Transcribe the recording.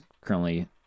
currently